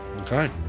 Okay